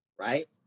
Right